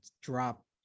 drop